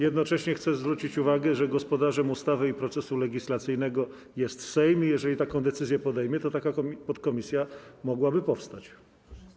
Jednocześnie chcę zwrócić uwagę, że gospodarzem ustawy i procesu legislacyjnego jest Sejm i jeżeli taką decyzję podejmie, to taka podkomisja mogłaby powstać.